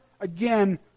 again